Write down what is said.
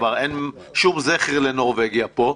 כבר אין שום זכר לנורבגיה פה,